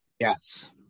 Yes